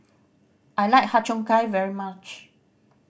I like Har Cheong Gai very much